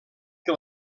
que